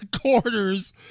quarters